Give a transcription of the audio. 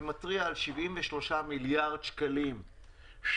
אבל אני מתריע פה על 73 מיליארד שקלים שבינואר